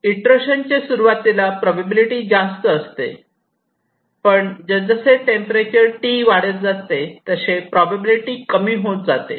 इटरेशनचे सुरुवातीला प्रोबॅबिलिटी जास्त असते पण जस जसे टेंपरेचर T वाढत जाते तसे प्रोबॅबिलिटी कमी होत जाते